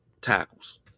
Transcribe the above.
tackles